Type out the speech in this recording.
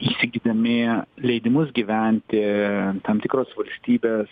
įsigydami leidimus gyventi tam tikros valstybės